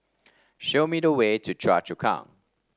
show me the way to Choa Chu Kang